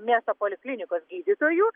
miesto poliklinikos gydytojų